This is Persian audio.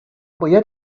باید